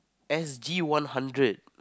S_G-one-hundred